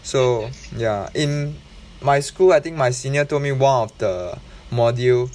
so ya in my school I think my senior told me one of the module